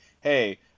Hey